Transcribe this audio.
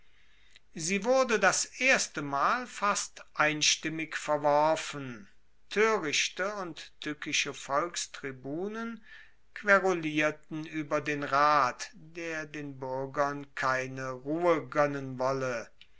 sie wurde das erstemal fast einstimmig verworfen toerichte oder tueckische volkstribunen querulierten ueber den rat der den buergern keine ruhe goennen wolle